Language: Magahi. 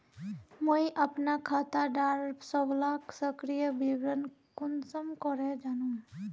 मुई अपना खाता डार सबला सक्रिय विवरण कुंसम करे जानुम?